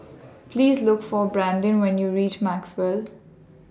Please Look For Brandin when YOU REACH Maxwell